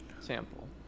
sample